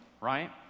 right